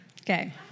Okay